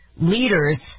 leaders